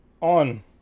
On